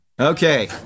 Okay